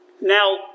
Now